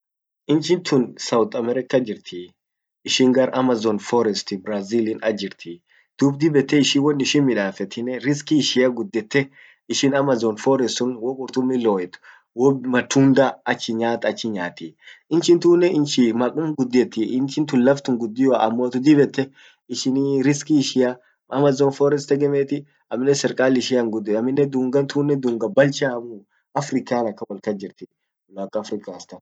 iinchin tun South America jirtii, ishin gar amazon forest, Brazil in ach jirtii. Dub dib ete ishin wonishin middafetinen risqi ishian guddete, ishin amazon forest sun woqurtummi lowwet, womatunda achi nyaat, achi nyaat, inchin tunnen inchi maqqumt guddeti, inchin tun laftun guddioa, ammotu dib ete ishin risqi ishia amazon forest tegemeti, aminen serkal ishian aminnen dungan tunnen dunga balchamu Africa akan wol kas jirti Black Africans fa.